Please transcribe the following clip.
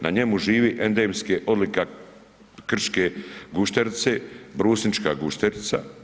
Na njemu žive endemske odlikaške gušterice Brusnička gušterica.